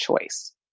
choice